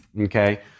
okay